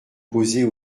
causer